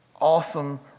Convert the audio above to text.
awesome